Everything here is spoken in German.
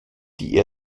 die